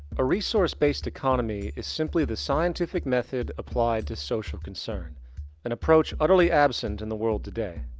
a resource-based economy is simply the scientific method applied to social concern an approach utterly absent in the world today.